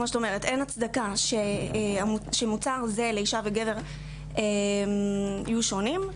אין הצדקה שמוצר זהה לאישה וגבר יהיו שונים.